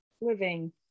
living